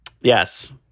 Yes